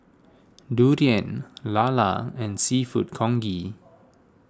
Durian Lala and Seafood Congee